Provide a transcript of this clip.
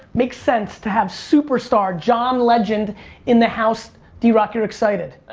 makes sense to have superstar john legend in the house. drock you're excited. i